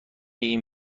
این